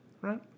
Right